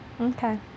Okay